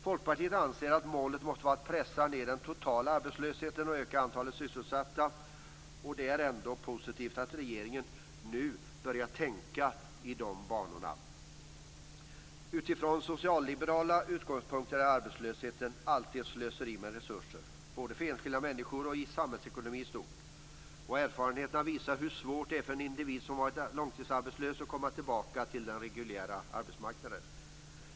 Folkpartiet anser att målet måste vara att pressa ned den total arbetslösheten och öka antalet sysselsatta. Det är ändå positivt att regeringen nu börjar tänka i de banorna. Utifrån socialliberala utgångspunkter är arbetslöshet alltid ett slöseri med resurser, både för enskilda människor och i samhällsekonomin i stort. Och erfarenheterna visar hur svårt det är för en individ som har varit långtidsarbetslös att komma tillbaka till den reguljära arbetsmarknaden.